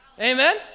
Amen